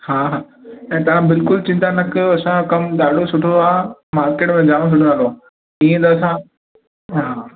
हा हा त तव्हां बिल्कुलु चिंता न कयो असांजो कमु ॾाढो सुठो आहे मार्केट में जाम सुठो नालो आहे ईअं त असां हा हा